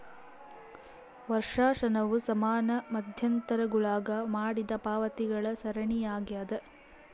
ವರ್ಷಾಶನವು ಸಮಾನ ಮಧ್ಯಂತರಗುಳಾಗ ಮಾಡಿದ ಪಾವತಿಗಳ ಸರಣಿಯಾಗ್ಯದ